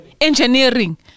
Engineering